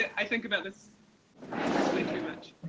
i think about this possibly too much.